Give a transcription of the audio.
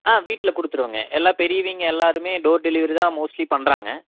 ஆ வீட்டில் கொடுத்துருவோங்க எல்லா பெரியவங்க எல்லாருமே டோர் டெலிவரி தான் மோஸ்ட்லி பண்ணுறாங்க